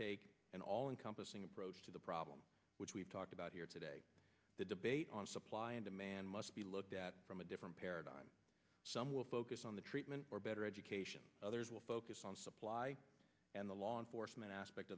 take an all in compass singh approach to the problem which we've talked about here today the debate on supply and demand must be looked at from a different paradigm some will focus on the treatment or better education others will focus on supply and the law enforcement aspect